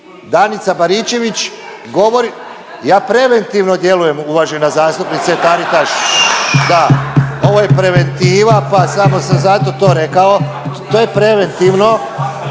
ne razumije./… ja preventivno djelujem uvažena zastupnice Taritaš, da ovo je preventiva pa samo sam zato to rekao, to je preventivno